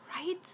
Right